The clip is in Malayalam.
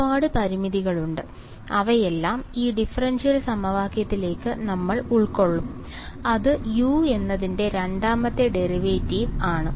ഒരുപാട് പരിമിതികളുണ്ട് അവയെല്ലാം ഈ ഡിഫറൻഷ്യൽ സമവാക്യത്തിലേക്ക് നമ്മൾ ഉൾക്കൊള്ളും അത് u എന്നതിന്റെ രണ്ടാമത്തെ ഡെറിവേറ്റീവ് ആണ്